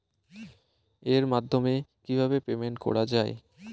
এর মাধ্যমে কিভাবে পেমেন্ট করা য়ায়?